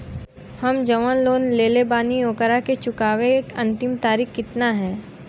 हम जवन लोन लेले बानी ओकरा के चुकावे अंतिम तारीख कितना हैं?